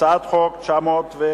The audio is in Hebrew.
הצעת חוק פ/901,